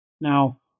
Now